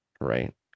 right